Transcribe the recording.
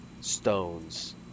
stones